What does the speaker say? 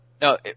No